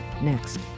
next